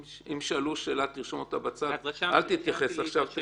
אם ישאלו שאלה, תרשום אותה בצד ואל תתייחס עכשיו.